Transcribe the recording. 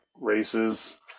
races